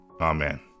amen